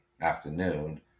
afternoon